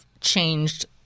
changed